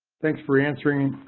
thanks for answering